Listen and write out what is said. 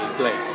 play